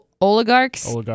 oligarch's